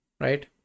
right